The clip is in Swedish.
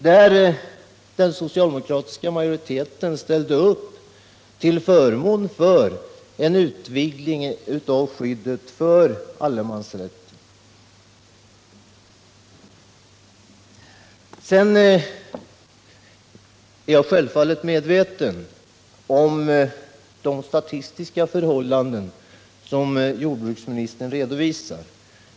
Då ställde den socialdemokratiska majoriteten upp till förmån för en utvidgning av skyddet för allemansrätten. Jag är självfallet medveten om de statistiska förhållanden som jordbruksministern redovisar.